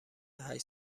هشت